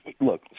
Look